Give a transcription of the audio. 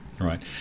Right